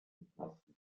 entlassen